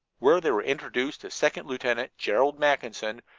where they were introduced to second lieutenant gerald mackinson,